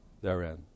therein